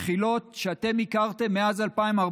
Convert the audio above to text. מחילות שאתם הכרתם מאז 2014,